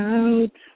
out